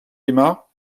aima